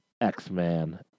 X-Men